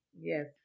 Yes